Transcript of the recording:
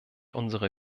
unsere